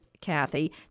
Kathy